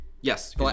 Yes